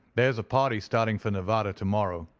there's a party starting for nevada to-morrow,